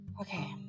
okay